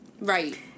Right